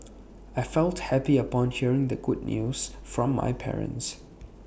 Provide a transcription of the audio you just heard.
I felt happy upon hearing the good news from my parents